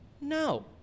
No